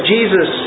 Jesus